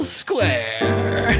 square